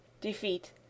defeat